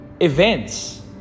events